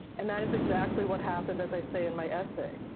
and that is exactly what happened, as i say in my essay.